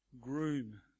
groom